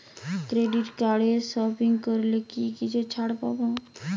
Credit কার্ডে shopping করলে কি কিছু ছাড় পাব?